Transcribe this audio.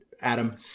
Adam